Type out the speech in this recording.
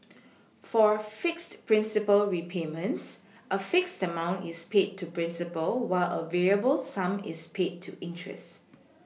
for fixed principal repayments a fixed amount is paid to principal while a variable sum is paid to interest